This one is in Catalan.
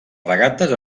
regates